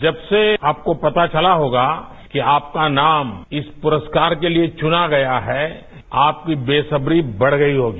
जब से आपको पता चला होगा कि आपका नाम इस पुरस्कार के लिए चुना गया है आपकी बेसब्री बढ़ गई होगी